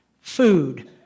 food